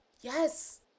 Yes